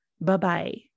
Bye-bye